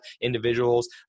individuals